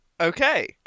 Okay